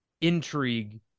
intrigue